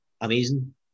amazing